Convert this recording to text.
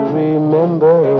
remember